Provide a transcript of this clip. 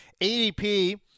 ADP